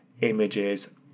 images